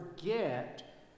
forget